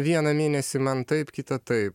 vieną mėnesį man taip kitą taip